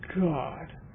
God